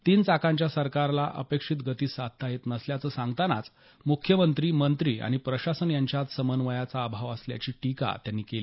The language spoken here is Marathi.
तीन चाकांच्या सरकारला अपेक्षित गती साधता येत नसल्याचं सांगतानाच मुख्यमंत्री मंत्री आणि प्रशासन यांच्यात समन्वयाचा अभाव असल्याची टीकाही त्यांनी केली